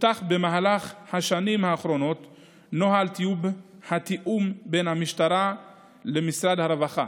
פותח במהלך השנים האחרונות נוהל טיוב התיאום בין המשטרה למשרד הרווחה.